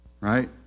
Right